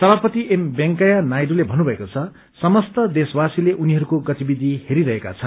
सभापति एम वेकैया नायडूले भन्नुभएको छ समस्त देशवासीले उनीहरूको गतिविधि हेरिरहेका छन्